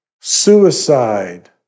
suicide